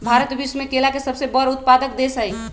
भारत विश्व में केला के सबसे बड़ उत्पादक देश हई